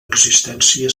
existència